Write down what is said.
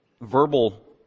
verbal